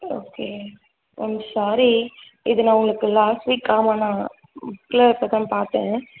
okay I'm sorry இது நான் உங்களுக்கு லாஸ்ட் வீக் ஆமாம் நான் இப்போதான் பார்த்தேன்